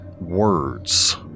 words